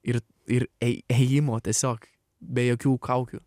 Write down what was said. ir ir ėjimo tiesiog be jokių kaukių